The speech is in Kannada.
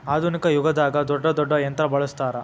ಆದುನಿಕ ಯುಗದಾಗ ದೊಡ್ಡ ದೊಡ್ಡ ಯಂತ್ರಾ ಬಳಸ್ತಾರ